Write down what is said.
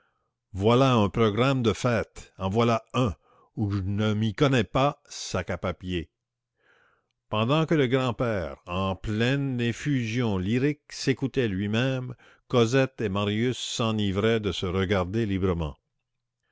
voilà un programme de fête en voilà un ou je ne m'y connais pas sac à papier pendant que le grand-père en pleine effusion lyrique s'écoutait lui-même cosette et marius s'enivraient de se regarder librement